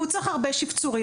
והוא צריך הרבה שיפצורים.